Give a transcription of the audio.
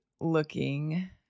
looking